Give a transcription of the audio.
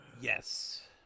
Yes